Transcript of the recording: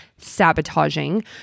sabotaging